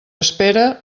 espera